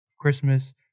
Christmas